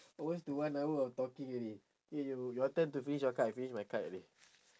almost to one hour of talking already eh you your turn to finish your card I finish my card already